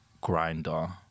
grinder